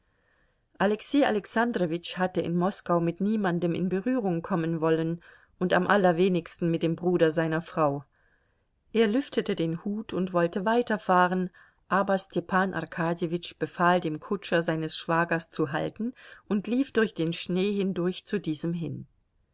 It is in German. alexei alexandrowitsch hatte in moskau mit niemandem in berührung kommen wollen und am allerwenigsten mit dem bruder seiner frau er lüftete den hut und wollte weiterfahren aber stepan arkadjewitsch befahl dem kutscher seines schwagers zu halten und lief durch den schnee hindurch zu diesem hin